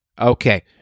Okay